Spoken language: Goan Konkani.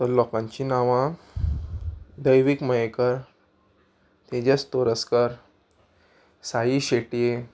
तर लोकांची नांवां दैवीक मयेकर तेजस तोरस्कर साई शेटये